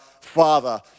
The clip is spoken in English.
Father